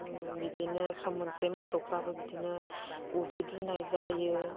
बिदिनो सम मोनसे मोसौफ्राबो बिदिनो उदै दुनाय जायो